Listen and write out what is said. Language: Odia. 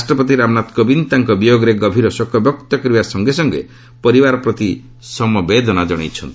ରାଷ୍ଟ୍ରପତି ରାମନାଥ କୋବିନ୍ଦ ତାଙ୍କ ବିୟୋଗରେ ଗଭୀର ଶୋକବ୍ୟକ୍ତ କରିବା ସଙ୍ଗେ ସଙ୍ଗେ ପରିବାର ପ୍ରତି ସମବେଦନା ଜଣାଇଛନ୍ତି